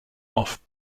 off